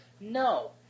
No